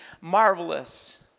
marvelous